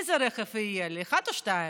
איזה רכב יהיה לי, אחד או שניים?